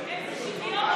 איזה שוויון,